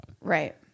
Right